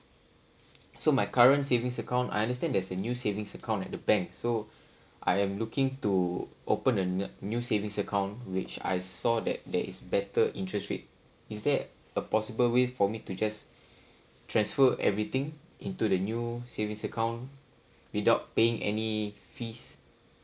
so my current savings account I understand there's a new savings account at the bank so I am looking to open a new new savings account which I saw that there is better interest rate in there a possible way for me to just transfer everything into the new savings account without paying any fees